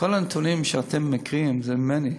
כל הנתונים שאתם מקריאים, זה ממני.